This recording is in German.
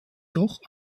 doch